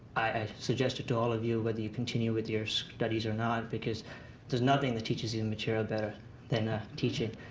i suggest it to all of you, whether you continue with your studies or not. because there's nothing that teaches you and material better than ah teaching.